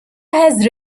has